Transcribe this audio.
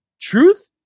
Truth